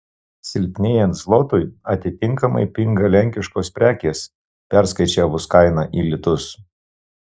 silpnėjant zlotui atitinkamai pinga lenkiškos prekės perskaičiavus kainą į litus